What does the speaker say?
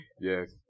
Yes